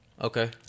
Okay